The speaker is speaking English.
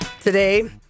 today